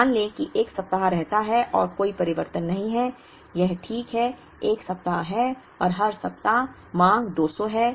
मान लें कि 1 सप्ताह रहता है और कोई परिवर्तन नहीं है यह ठीक 1 सप्ताह है और हर सप्ताह मांग 200 है